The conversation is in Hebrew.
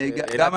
גם אני,